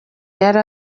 yari